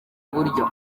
buryo